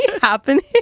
happening